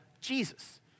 Jesus